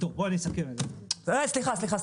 בוא אסכם את זה --- סליחה, סליחה.